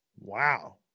Wow